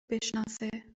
بشناسه